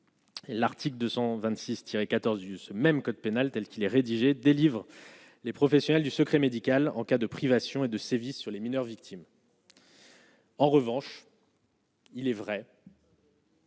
26 tiré 14 ce même code pénal telle qu'il est rédigé délivrent les professionnels du secret médical en cas de privations et de sévices sur les mineurs victimes. En revanche. Il est vrai.